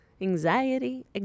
anxiety